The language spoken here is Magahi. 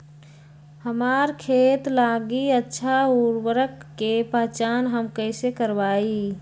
हमार खेत लागी अच्छा उर्वरक के पहचान हम कैसे करवाई?